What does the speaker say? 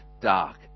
dark